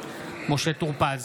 משה טור פז,